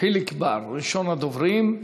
חיליק בר, ראשון הדוברים.